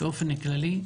באופן כללי.